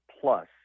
plus